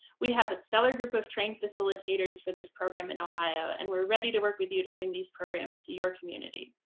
we have a steller group of trained facilitators for this program in ohio, and we're ready to work with you to bring these programs to your community.